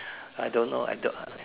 I don't know I don't